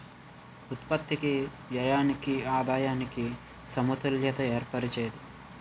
ఉత్పత్తికి వ్యయానికి ఆదాయానికి సమతుల్యత ఏర్పరిచేది